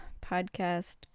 podcast